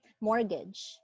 mortgage